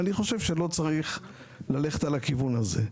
אני חושב שלא צריך ללכת לכיוון הזה.